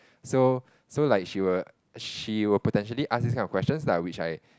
so so like she will she will potentially ask these kind of questions lah which I